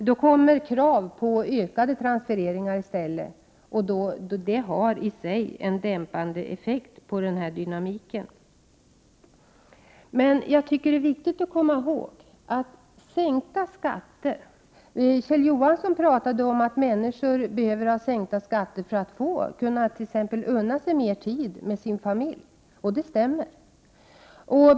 Då kommer krav på ökade transfereringar i stället, och det har i sig en dämpande effekt på dynamiken. Jag tycker att det är viktigt att komma ihåg att, vilket Kjell Johansson pratade om, människor behöver få skatterna sänkta för att t.ex. kunna unna sig mer tid med sin familj. Det stämmer.